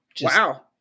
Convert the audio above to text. Wow